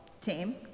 team